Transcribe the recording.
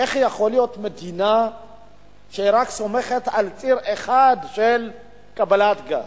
איך יכול להיות שמדינה סומכת רק על ציר אחד של קבלת גז?